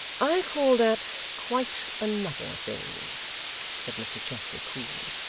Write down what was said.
i call that quite another thing said mr chester coolly.